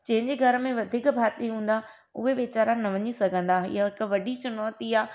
जंहिंजे घर में वधीक भाती हूंदा उहे वीचारा न वञी सघंदा ईहा हिकु वॾी चुनौती आहे